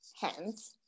hands